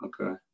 Okay